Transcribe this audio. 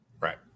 Right